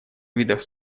видов